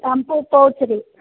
shampoo pouch ರಿ